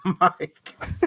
Mike